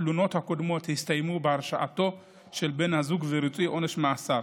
התלונות הקודמות הסתיימו בהרשעתו של בן הזוג וריצוי עונש מאסר.